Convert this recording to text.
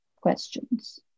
Questions